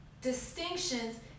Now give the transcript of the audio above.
distinctions